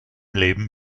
leben